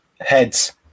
Heads